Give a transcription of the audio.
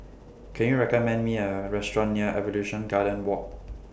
Can YOU recommend Me A Restaurant near Evolution Garden Walk